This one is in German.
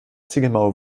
ziegelmauer